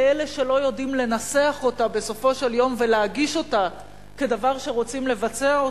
לאלה שלא יודעים לנסח אותו בסופו של יום ולהגיש אותו כדבר שרוצים לבצע,